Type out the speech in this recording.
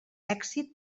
èxit